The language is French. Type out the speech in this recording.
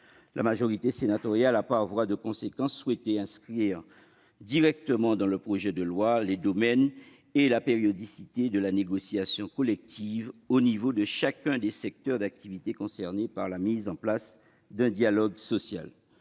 La majorité sénatoriale a, par voie de conséquence, souhaité inscrire directement dans le projet de loi les domaines et la périodicité de la négociation collective au niveau de chacun des secteurs d'activité concernés par la mise en place d'un dialogue social.